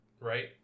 right